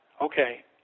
okay